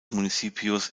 municipios